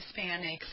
Hispanics